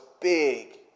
big